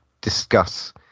discuss